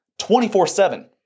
24-7